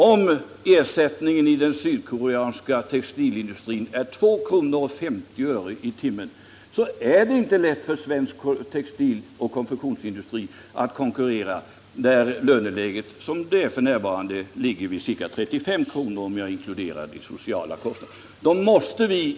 Om timlönen i den sydkoreanska textilindustrin är 2:50 i timmen, är det inte lätt för svensk textiloch konfektionsindustri att konkurrera, när lönerna här, såsom fallet f. n. är, ligger på 35 kr., om man inkluderar de sociala kostnaderna.